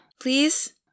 Please